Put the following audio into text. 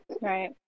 Right